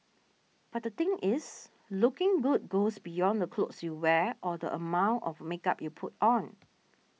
but the thing is looking good goes beyond the clothes you wear or the amount of makeup you put on